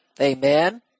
Amen